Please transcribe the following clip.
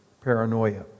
paranoia